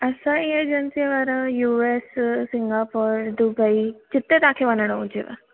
असांई agency वारा U S Singapore Dubai जिते तव्हांखे वञणु हुजेव